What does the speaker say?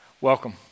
welcome